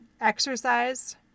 exercise